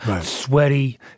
sweaty